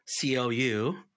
COU